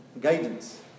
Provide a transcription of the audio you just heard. guidance